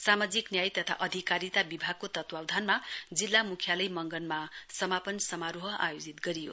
सामाजिक न्याय तथा अधिकारिता विभागको तत्वावधानमा जिल्ला मुख्यालय मंगनमा समापन समारोह आयोजित भयो